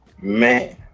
Man